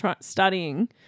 studying